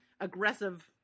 aggressive